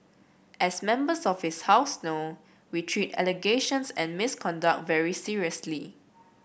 as Members of this House know we treat allegations and misconduct very seriously